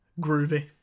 groovy